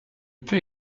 peut